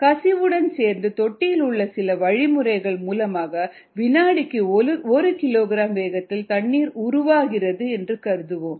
கசிவுடன் சேர்த்து தொட்டியின் உள்ளே சில வழிமுறைகள் மூலமாக வினாடிக்கு 1 கிலோகிராம் வேகத்தில் தண்ணீர் உருவாகிறது என்று கருதுவோம்